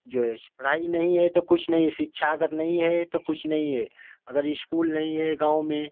जैस पढ़ाई नहीं है तो कुछ नहीं शिक्षा अगर नहीं है तो कुछ नहीं है अगर इस्कूल नहीं है गाँव में